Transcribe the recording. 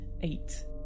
eight